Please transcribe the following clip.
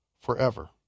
Forever